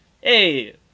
Hey